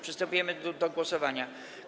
Przystępujemy do głosowania.